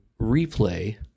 replay